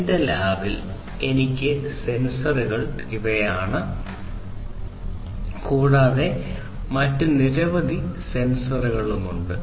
എന്റെ ലാബിൽ എനിക്ക് ഉള്ള സെൻസറുകൾ ഇവയാണ് കൂടാതെ മറ്റ് നിരവധി സെൻസറുകളും ഉണ്ട്